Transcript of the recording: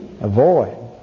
avoid